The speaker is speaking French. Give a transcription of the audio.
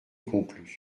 conclu